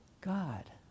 God